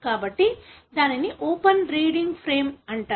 కాబట్టి దానిని open reading frame అంటారు